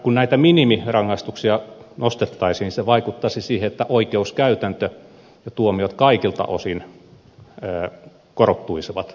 kun näitä minimirangaistuksia nostettaisiin se vaikuttaisi siihen että oikeuskäytäntö ja tuomiot kaikilta osin korottuisivat